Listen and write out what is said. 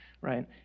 right